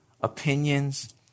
opinions